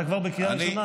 אתה כבר בקריאה ראשונה,